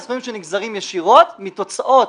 הם סכומים שנגזרים ישירות מתוצאות